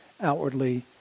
outwardly